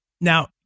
Now